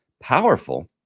powerful